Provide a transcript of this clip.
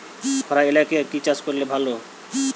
খরা এলাকায় কি চাষ করলে ভালো?